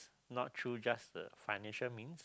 not through just the financial means